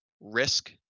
risk